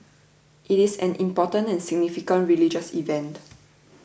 it is an important and significant religious event